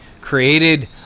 created